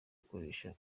gukoresha